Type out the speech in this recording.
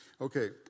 Okay